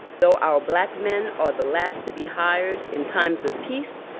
though our black men are the last to be hired in times of peace,